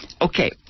Okay